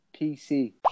PC